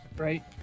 Right